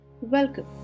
Welcome